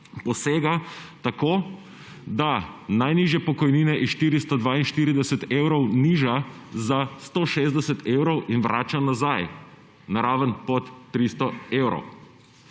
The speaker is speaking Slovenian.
posega tako, da najnižje pokojnine iz 442 evrov niža za 160 evrov in vrača nazaj na raven pod 300 evrov.